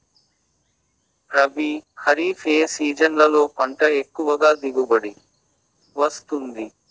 రబీ, ఖరీఫ్ ఏ సీజన్లలో పంట ఎక్కువగా దిగుబడి వస్తుంది